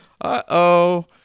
Uh-oh